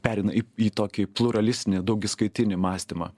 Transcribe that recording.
pereina į į tokį pluralistinį daugiskaitinį mąstymą